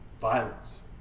violence